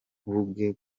kumureba